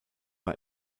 war